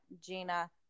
Gina